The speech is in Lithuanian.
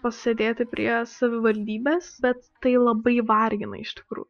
pasėdėti prie savivaldybės bet tai labai vargina iš tikrųjų